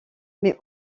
mais